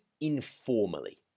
informally